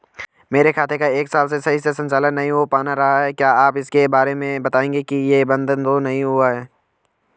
मेरे खाते का एक साल से सही से संचालन नहीं हो पाना रहा है क्या आप इसके बारे में बताएँगे कि ये बन्द तो नहीं हुआ है?